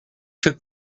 took